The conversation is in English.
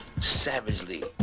savagely